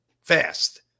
fast